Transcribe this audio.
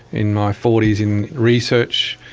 in my forty s, in research,